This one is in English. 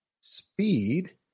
Speed